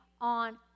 on